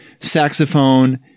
saxophone